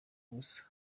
ubusa